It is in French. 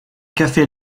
café